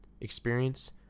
experience